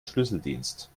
schlüsseldienst